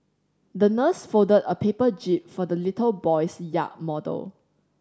the nurse folded a paper jib for the little boy's yacht model